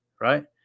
Right